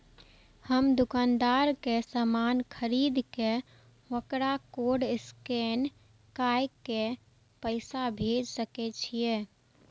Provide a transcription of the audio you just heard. हम दुकानदार के समान खरीद के वकरा कोड स्कैन काय के पैसा भेज सके छिए?